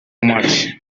much